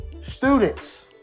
students